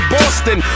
Boston